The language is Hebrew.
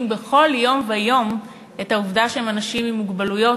בכל יום ויום את העובדה שהם אנשים עם מוגבלויות,